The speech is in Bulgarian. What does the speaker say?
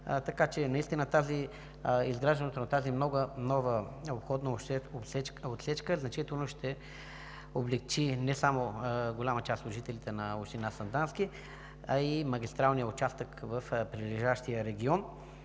населени места. Изграждането на тази нова отсечка значително ще облекчи не само голяма част от жителите на община Сандански, а и магистралния участък в прилежащия регион,